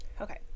okay